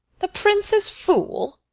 the prince's fool!